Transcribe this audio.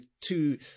two